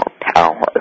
power